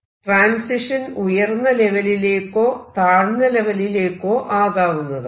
transition ഉയർന്ന ലെവലിലേക്കോ താഴ്ന്ന ലെവലിലേക്കോ ആകാവുന്നതാണ്